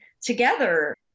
together